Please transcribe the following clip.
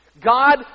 God